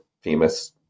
famous